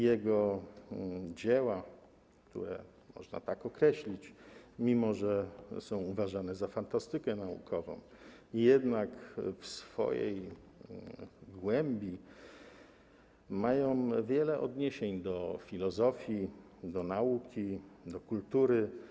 Jego dzieła, które, można to tak określić, mimo że są uważane za fantastykę naukową, w swojej głębi mają wiele odniesień do filozofii, do nauki, do kultury.